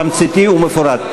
תמציתי ומפורט.